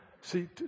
see